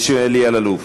מסייה אלי אלאלוף.